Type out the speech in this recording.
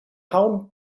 how